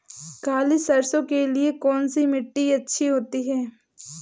काली सरसो के लिए कौन सी मिट्टी अच्छी होती है?